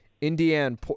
Indiana